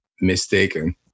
mistaken